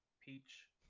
peach